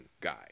guy